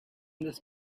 this